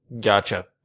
gotcha